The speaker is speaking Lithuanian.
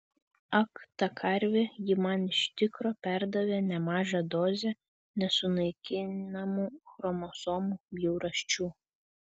ak ta karvė ji man iš tikro perdavė nemažą dozę nesunaikinamų chromosomų bjaurasčių